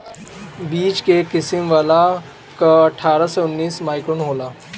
बीच के किसिम वाला कअ अट्ठारह से उन्नीस माइक्रोन होला